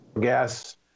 gas